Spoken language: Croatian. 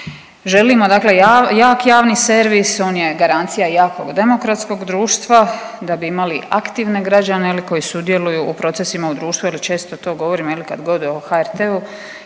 Želimo dakle jak javni servis, on je garancija jakog demokratskog društva da bi imali aktivne građane je li koji sudjeluju u procesima u društvu jel često to govorimo je li, kad god o HRT-u